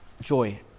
joy